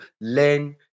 learn